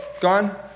gone